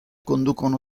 conducono